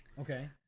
okay